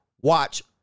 Watch